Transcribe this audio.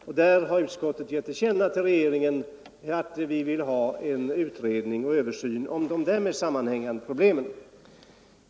Utskottet har gett Kungl. Maj:t till känna att vi vill ha utredning och översyn av de därmed sammanhängande problemen.